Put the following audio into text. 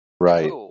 Right